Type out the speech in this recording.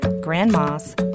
grandmas